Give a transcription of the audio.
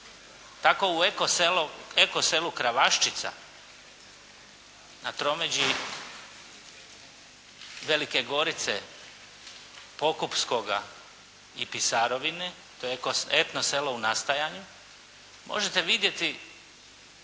tako u eko selu "Kravaščica" na tromeđi Velike Gorice, Pokuposkoga i Pisarovine, to je etno selo u nastajanju, možete vidjeti